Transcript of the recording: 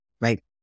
right